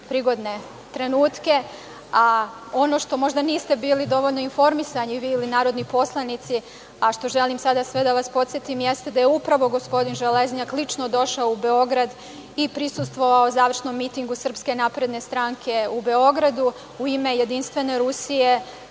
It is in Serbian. prigodne trenutke, a ono što možda niste bili dovoljno informisani vi ili narodni poslanici, a što želim sada sve da vas podsetim, jeste da je upravo gospodin Železnjak lično došao u Beograd i prisustvovao završnom mitingu SNS u Beogradu u ime Jedinstvene Rusije,